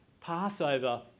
Passover